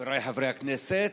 חבריי חברי הכנסת,